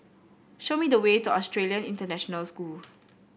show me the way to Australian International School